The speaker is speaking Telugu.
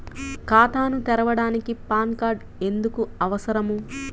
ఖాతాను తెరవడానికి పాన్ కార్డు ఎందుకు అవసరము?